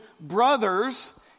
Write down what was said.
brothers